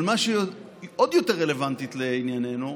אבל מה שעוד יותר רלוונטי לענייננו: